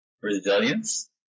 Resilience